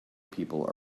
people